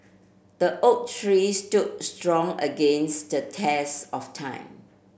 the oak tree stood strong against the test of time